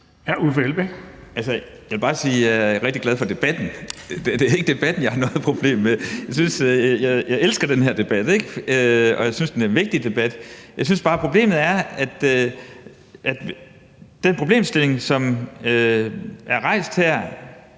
jeg er rigtig glad for debatten. Det er ikke debatten, jeg har noget problem med. Jeg elsker den her debat, og jeg synes, det er en vigtig debat. Problemet er bare: Jeg mener, at den problemstilling, som er rejst her,